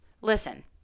Listen